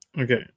Okay